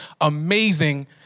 amazing